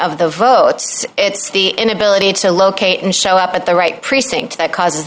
of the votes it's the inability to locate and show up at the right precinct that causes